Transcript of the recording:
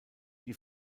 die